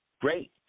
great